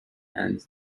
and